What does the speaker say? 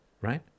right